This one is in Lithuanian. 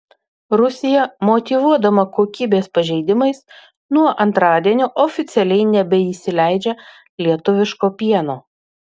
rusija motyvuodama kokybės pažeidimais nuo antradienio oficialiai nebeįsileidžia lietuviško pieno